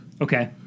Okay